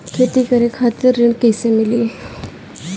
खेती करे खातिर ऋण कइसे मिली?